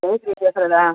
Kousi பேசுறடா